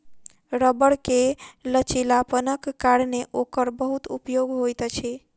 रबड़ के लचीलापनक कारणेँ ओकर बहुत उपयोग होइत अछि